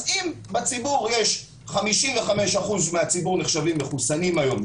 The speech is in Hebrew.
אם 55 אחוזים מהציבור נחשבים מחוסנים היום,